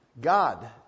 God